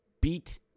beat